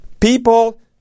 people